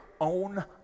own